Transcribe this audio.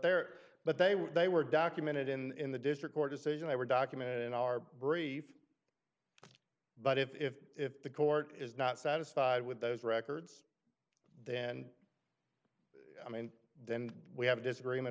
they're but they were they were documented in the district court decision they were documented in our brief but if the court is not satisfied with those records then and i mean then we have a disagreement